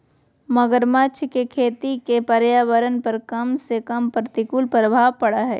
मगरमच्छ के खेती के पर्यावरण पर कम से कम प्रतिकूल प्रभाव पड़य हइ